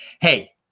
Hey